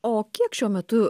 o kiek šiuo metu